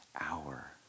hour